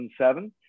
2007